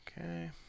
Okay